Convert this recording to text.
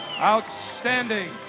Outstanding